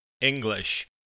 English